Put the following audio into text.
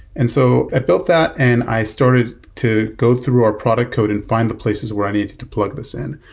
and so i built that and i started to go through our product code and find the places where i needed to plug this in,